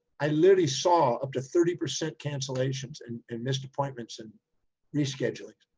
i literally saw up to thirty percent cancellations and and missed appointments and reschedulings.